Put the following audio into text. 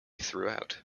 throughout